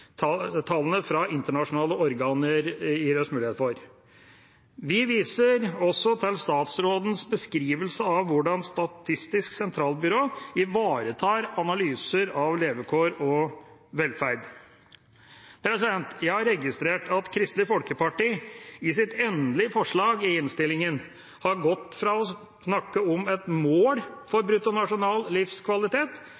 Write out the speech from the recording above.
tallene fra internasjonale organer gir oss». Vi viser også til statsrådens beskrivelse av hvordan Statistisk sentralbyrå ivaretar analyser av levekår og velferd. Jeg har registrert at Kristelig Folkeparti i sitt endelige forslag i innstillingen har gått fra å snakke om «et mål